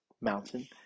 mountain